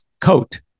coat